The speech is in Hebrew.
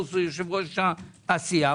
פינדרוס הוא יושב-ראש הסיעה.